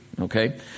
Okay